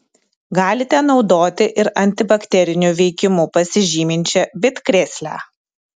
galite naudoti ir antibakteriniu veikimu pasižyminčią bitkrėslę